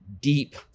deep